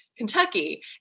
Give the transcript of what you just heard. Kentucky